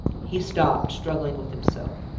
he stopped, struggling with himself.